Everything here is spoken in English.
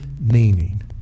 meaning